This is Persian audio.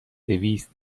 دویست